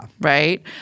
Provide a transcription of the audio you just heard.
Right